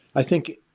i think,